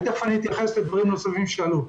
תכף אתייחס לדברים נוספים שעלו.